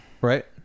right